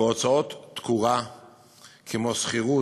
בהוצאות תקורה כמו שכירות,